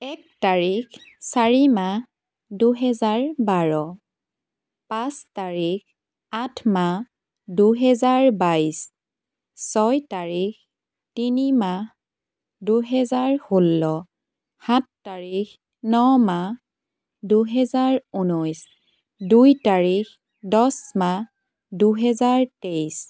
এক তাৰিখ চাৰি মাহ দুহেজাৰ বাৰ পাঁচ তাৰিখ আঠ মাহ দুহেজাৰ বাইছ ছয় তাৰিখ তিনি মাহ দুহেজাৰ ষোল্ল সাত তাৰিখ ন মাহ দুহেজাৰ ঊনৈছ দুই তাৰিখ দহ মাহ দুহেজাৰ তেইছ